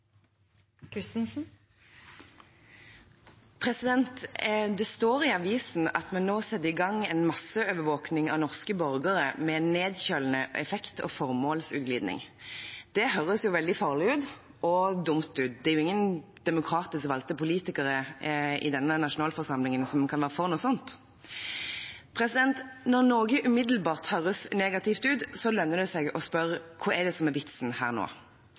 Det står i avisen at vi nå setter i gang en masseovervåkning av norske borgere med nedkjølende effekt og formålsutglidning. Det høres veldig farlig og dumt ut. Det er jo ingen demokratisk valgte politikere i denne nasjonalforsamlingen som kan være for noe sånt. Når noe umiddelbart høres negativt ut, lønner det seg å spørre: Hva er det som er vitsen her nå?